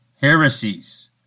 heresies